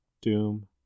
Doom